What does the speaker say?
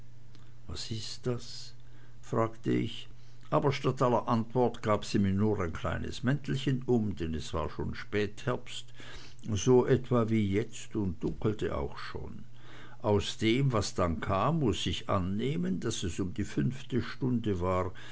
was ist das fragte ich aber statt aller antwort gab sie mir nur ein kleines mäntelchen um denn es war schon spätherbst so etwa wie jetzt und dunkelte auch schon aus dem was dann kam muß ich annehmen daß es um die fünfte stunde war